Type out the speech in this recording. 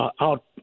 out